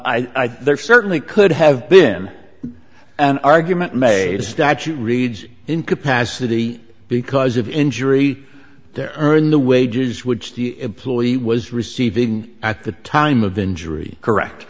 there certainly could have been an argument made statute reads incapacity because of injury there are in the wages which the employee was receiving at the time of injury correct